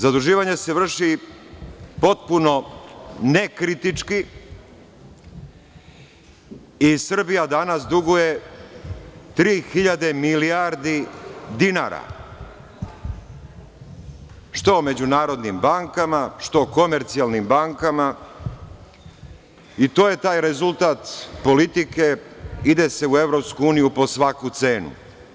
Zaduživanje se vrši potpuno nekritički i Srbija danas duguje tri hiljade milijardi dinara, što međunarodnim bankama, što komercijalnim bankama, i to je taj rezultat politike - ide se u EU po svaku cenu.